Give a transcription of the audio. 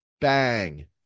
Bang